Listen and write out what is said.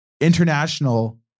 international